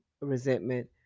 resentment